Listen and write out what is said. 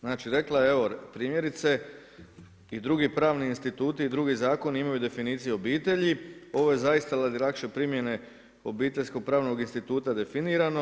Znači rekla je evo primjerice i drugi pravni instituti i drugi zakoni imaju definiciju obitelji, ovo je zaista radi lakše primjene obiteljsko pravnog instituta definirano.